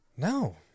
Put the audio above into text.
No